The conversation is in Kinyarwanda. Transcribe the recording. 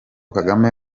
kagame